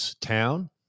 town